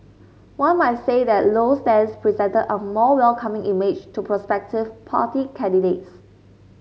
one might say that Low's stance presented a more welcoming image to prospective party candidates